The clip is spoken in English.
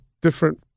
different